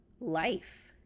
life